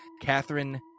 Catherine